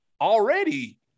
already